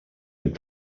amb